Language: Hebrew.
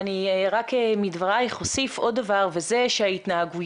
אני רק מדברייך אוסיף עוד דבר וזה שההתנהגות